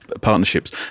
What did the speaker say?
partnerships